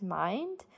mind